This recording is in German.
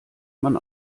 man